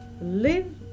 Live